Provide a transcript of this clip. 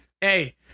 Hey